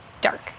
dark